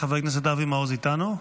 חבר הכנסת אבי מעוז איתנו?